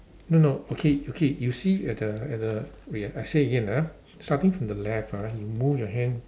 no no okay okay you see at the at the wait ah I say again ah starting from the left ah you move your hand